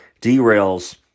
derails